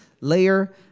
layer